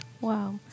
Wow